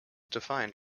defined